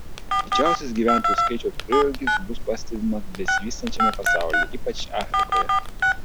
didžiausias gyventojų skaičiaus prieaugis bus pastebimas besivystančiame pasaulyje ypač afrikoje